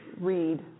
read